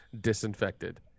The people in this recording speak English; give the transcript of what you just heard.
disinfected